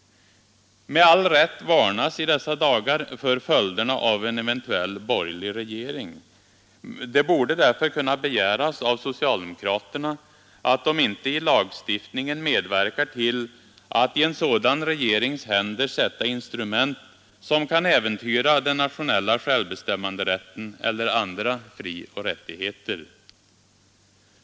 Med all rätt varnas i dessa dagar för följderna av en eventuell borgerlig regering. Det borde därför kunna begäras av socialdemokraterna att de inte i lagstiftningen medverkar till att i en sådan regerings händer sätta instrument som kan äventyra den nationella självbestämmanderätten eller andra frioch rättigheter.